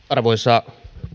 arvoisa